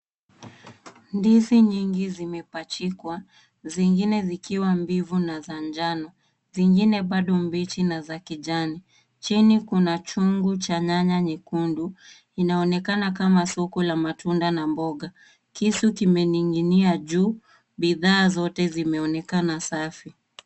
Ndizi nyingi zimepajikwa zingine zikiwa mbivu na za njano zingine bado mbichi na za kijani. chini kuna chungu cha nyanya nyekundu. Inaonekana kama soko la matunda na mboga. Kisu kimening'inia juu. Bidhaa zote zimeonekana safi.